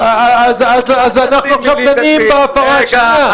עכשיו אנחנו דנים בהפרה שונה.